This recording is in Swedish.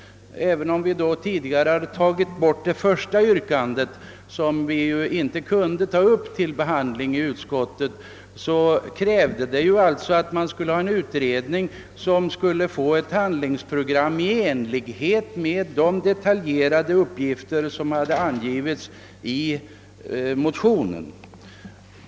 Även om motionens första yrkande inte kunde tas upp till behandling i utskottet, krävde man ju i motionen en utredning med uppdrag att utarbeta ett handlingsprogram beträffande de olika avsnitt som hade angivits i motionen.